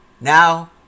now